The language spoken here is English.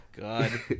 God